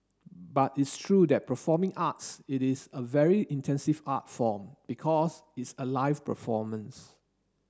but it's true that performing arts it is a very intensive art form because it's a live performance